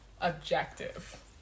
objective